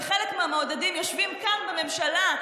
חלק מהמעודדים יושבים כאן בממשלה,